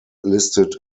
listed